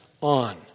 on